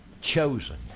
chosen